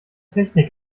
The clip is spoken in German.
technik